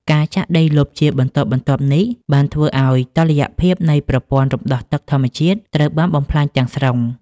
ការចាក់ដីលុបជាបន្តបន្ទាប់នេះ បានធ្វើឱ្យតុល្យភាពនៃប្រព័ន្ធរំដោះទឹកធម្មជាតិត្រូវបានបំផ្លាញទាំងស្រុង។